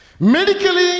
medically